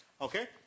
Okay